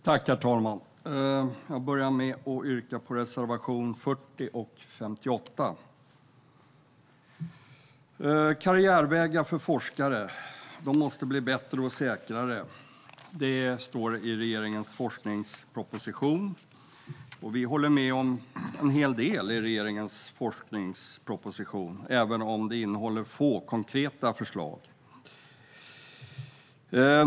Herr talman! Jag börjar med att yrka bifall till reservationerna 40 och 58. I regeringens forskningsproposition står det att karriärvägar för forskare måste bli bättre och säkrare. Vi håller med om en hel del i regeringens forskningsproposition, även om den innehåller få konkreta förslag.